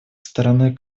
стороной